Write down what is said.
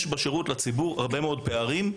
יש בשירות לציבור הרבה מאוד פערים,